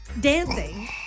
Dancing